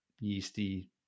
yeasty